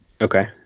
Okay